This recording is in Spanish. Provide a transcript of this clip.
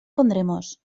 pondremos